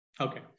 Okay